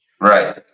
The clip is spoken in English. Right